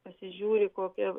pasižiūri kokia